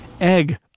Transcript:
Egg